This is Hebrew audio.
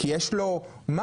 כי יש לו מה?